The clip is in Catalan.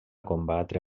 combatre